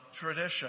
tradition